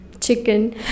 Chicken